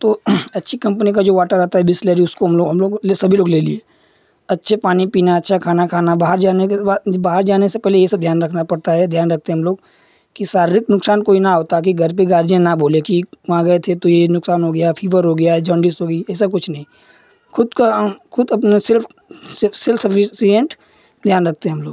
तो अच्छी कम्पनी का जो वाटर आता है बिसलेरी उसको हम लोग हम लोग ले सभी लोग ले लिए अच्छे पानी पीना अच्छा खाना खाना बाहर जाने के बाद जब बाहर जाने से पहले ये सब ध्यान रखना पड़ता है ध्यान रखते हम लोग कि शारीरिक नुक्सान कोई न हो ताकि घर पर गार्जियन न बोले कि वहाँ गए थे तो ये नुक्सान हो गया फ़ीवर हो गया ज्वेनडिस हुई ऐसा कुछ नही ख़ुद का ख़ुद अपना सेल्फ सेल्फ एफीसिएन्ट ध्यान रखते हम लोग